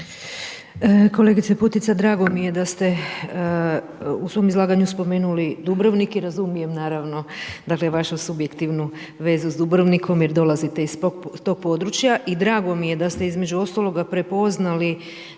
Kolegice Putica, drago mi je da ste u svojem izlaganju spomenuli Dubrovnik i razumijem naravno vašu subjektivnu vezu s Dubrovnikom jer dolazite iz tog područja i drago mi je da ste između ostaloga prepoznali